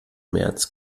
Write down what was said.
märz